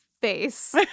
face